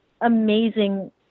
amazing